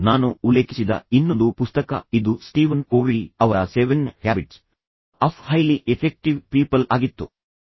ನಾನು ಉಲ್ಲೇಖಿಸಿದ ಇನ್ನೊಂದು ಪುಸ್ತಕ ಇದು ಸ್ಟೀವನ್ ಕೋವೀ ಅವರ seven habits of highly effective people Steven Covey's Seven Habits of Highly Effective People ಆಗಿತ್ತು